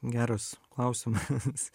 geras klausimas